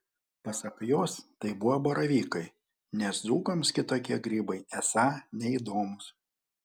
pasak jos tai buvo baravykai nes dzūkams kitokie grybai esą neįdomūs